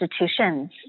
institutions